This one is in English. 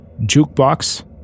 Jukebox